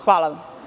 Hvala.